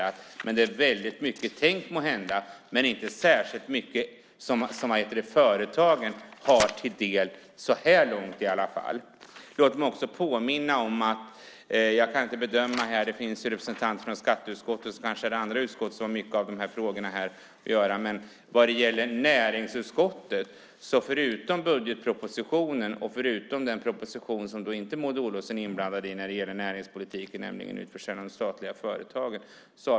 Det är måhända väldigt mycket tänkt, men det är inte särskilt mycket som har kommit företagen till del så här långt i alla fall. Låt mig också påminna om en sak. Jag kan inte bedöma det här - det finns representanter från skatteutskottet och kanske andra utskott som har med mycket av de här frågorna att göra - men näringsutskottet har fått två stycken propositioner under den här mandatperioden, förutom budgetpropositionen och den proposition som Maud Olofsson inte är inblandad i när det gäller näringspolitiken, nämligen den om utförsäljning av statliga företag.